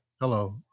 Hello